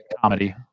comedy